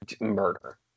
murder